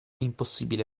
impossibile